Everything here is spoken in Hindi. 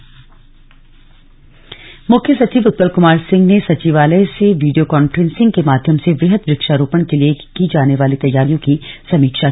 जल शक्ति अभियान मुख्य सचिव उत्पल कुमार सिंह ने सचिवालय से वीडियो कांफ्रेंसिंग के माध्यम से वृहद वृक्षारोपण के लिए की जाने वाली तैयारियों की समीक्षा की